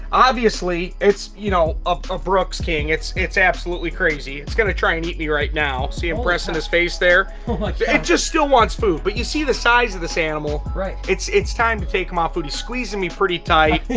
obviously, it's, you know, a ah brooks king, king, it's absolutely crazy, it's gonna try and eat me right now, see i'm pressing his face there, oh my god. it just still wants food, but you see the size of this animal. right. it's it's time to take him off food. he's squeezing me pretty tight,